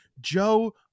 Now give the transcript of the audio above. Joe